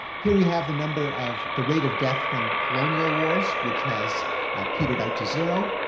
here we have the number of the rate of death from colonial wars which has petered out to zero.